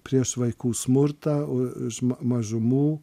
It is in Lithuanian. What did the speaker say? prieš vaikų smurtą už ma mažumų